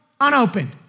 unopened